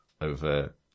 over